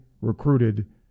recruited